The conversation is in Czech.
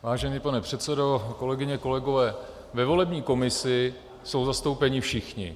Vážený pane předsedo, kolegyně, kolegové, ve volební komisi jsou zastoupeni všichni.